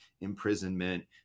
imprisonment